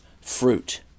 fruit